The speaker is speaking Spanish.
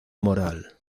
moral